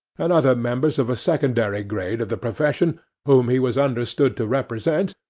and other members of a secondary grade of the profession whom he was understood to represent,